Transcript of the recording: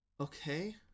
Okay